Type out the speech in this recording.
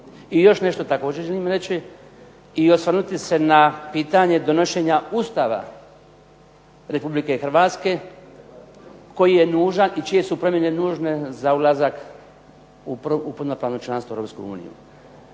I još nešto također želim reći i osvrnuti se na pitanje donošenja Ustava Republike Hrvatske koji je nužan i čije su promjene nužne za ulazak u punopravno članstvo u Europskoj uniji.